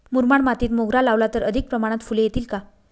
मुरमाड मातीत मोगरा लावला तर अधिक प्रमाणात फूले येतील का?